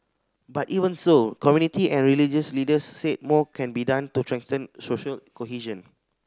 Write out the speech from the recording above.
but even so community and religious leaders said more can be done to strengthen social cohesion